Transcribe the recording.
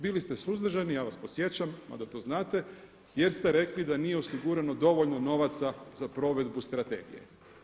Bili ste suzdržani, ja vas podsjećam mada to znate, jer ste rekli da nije osigurano dovoljno novaca za provedbu strategije.